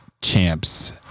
champs